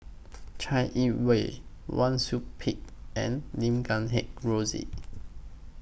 Chai Yee Wei Wang Sui Pick and Lim Guat Kheng Rosie